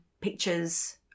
pictures